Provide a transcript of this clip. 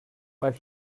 but